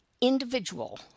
individual